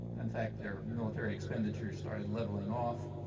in fact, their military expenditures started leveling off,